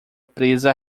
presa